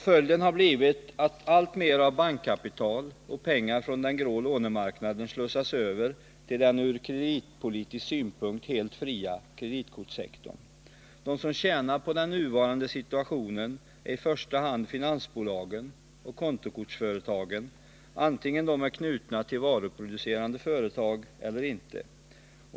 Följden har blivit att alltmer av bankkapital och pengar från den grå lånemarknaden slussas över till den ur kreditpolitisk synpunkt heit fria kreditkortssektorn. De som tjänar på den nuvarande situationen är i första hand finansbolagen och kontokortsföretagen, antingen dessa är knutna till varuproducerande företag eller inte.